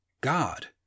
god